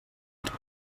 entre